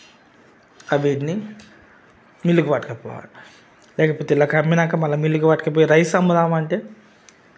వీటిని మిల్లుకు పట్టకపోవాలి లేకపోతే వీళ్ళకి అమ్మినంక మిల్లుకు పట్టక రైస్ అమ్ముదామ అంటే